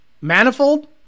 Manifold